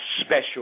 special